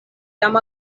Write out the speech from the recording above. jam